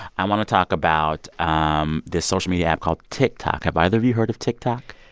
i want to talk about um this social media app called tiktok. have either of you heard of tiktok?